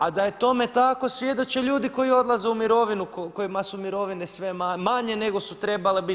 A da je tome tako svjedoče ljudi koji odlaze u mirovinu kojima su mirovine sve manje nego su trebale biti.